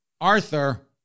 Arthur